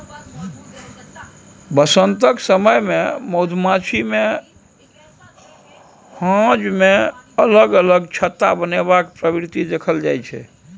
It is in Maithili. बसंमतसक समय मे मधुमाछी मे हेंज मे अलग अलग छत्ता बनेबाक प्रवृति देखल जाइ छै